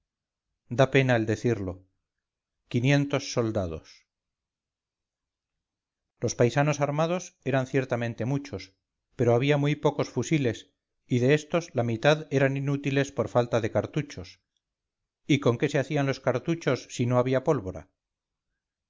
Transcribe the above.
da pena el decirlo quinientos soldados los paisanos armados eran ciertamente muchos pero había muy pocos fusiles y de estos la mitad eran inútiles por falta de cartuchos y con qué se hacían los cartuchos si no había pólvora